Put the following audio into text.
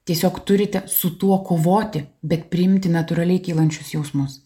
tiesiog turite su tuo kovoti bet priimti natūraliai kylančius jausmus